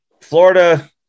florida